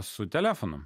su telefonu